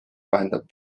vahendab